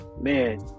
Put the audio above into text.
man